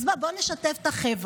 אז בוא, בוא נשתף את החבר'ה.